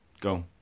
Go